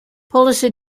policy